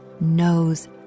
knows